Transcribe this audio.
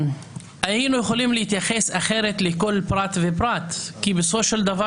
היינו יכולים להתייחס אחרת לכל פרט ופרט כי בסופו של דבר